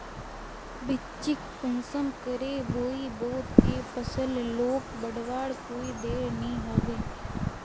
बिच्चिक कुंसम करे बोई बो ते फसल लोक बढ़वार कोई देर नी होबे?